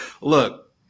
Look